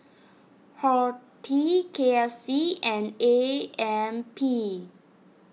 Horti K F C and A M P